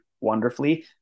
wonderfully